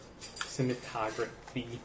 cinematography